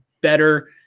better